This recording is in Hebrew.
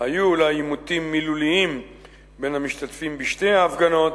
היו אולי עימותים מילוליים בין המשתתפים בשתי ההפגנות,